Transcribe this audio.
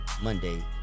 Monday